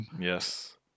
Yes